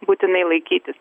būtinai laikytis